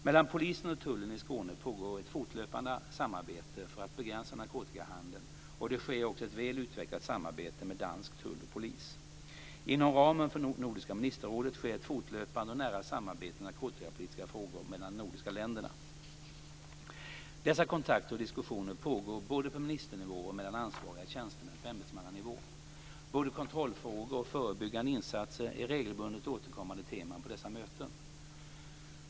Mellan polisen och tullen i Skåne pågår ett fortlöpande samarbete för att begränsa narkotikahandeln, och det sker också ett väl utvecklat samarbete med dansk tull och polis. Inom ramen för Nordiska ministerrådet sker ett fortlöpande och nära samarbete i narkotikapolitiska frågor mellan de nordiska länderna. Dessa kontakter och diskussioner pågår både på ministernivå och mellan ansvariga tjänstemän på ämbetsmannanivå. Både kontrollfrågor och förebyggande insatser är regelbundet återkommande teman på dessa möten.